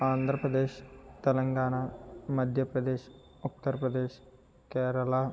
Andhra Pradesh Telangana Madhya Pradesh Uttar Pradesh Kerala